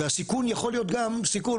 והסיכון יכול להיות גם סיכון,